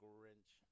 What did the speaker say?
Grinch